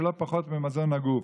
שהם לא פחות ממזון לגוף.